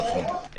נכון.